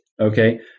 okay